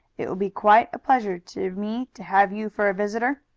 it will be quite a pleasure to me to have you for a visitor.